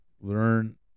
learn